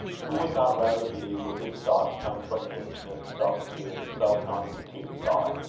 who would not rather believe that his thoughts come from an infinite, self-sphered, self-constituting thought,